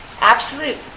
absolute